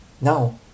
now